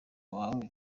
bawe